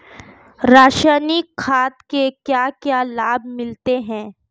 रसायनिक खाद के क्या क्या लाभ मिलते हैं?